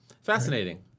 Fascinating